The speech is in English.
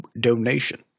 donation